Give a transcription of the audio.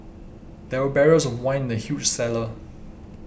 there were barrels of wine in the huge cellar